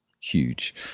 huge